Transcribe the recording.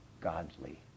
godly